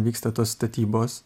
vyksta tos statybos